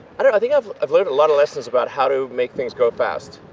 i don't, i think i've i've learned a lot of lessons about how to make things go fast.